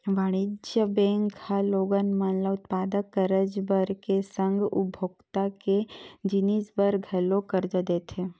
वाणिज्य बेंक ह लोगन मन ल उत्पादक करज बर के संग उपभोक्ता के जिनिस बर घलोक करजा देथे